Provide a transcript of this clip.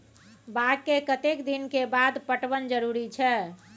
बाग के कतेक दिन के बाद पटवन जरूरी छै?